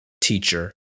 teacher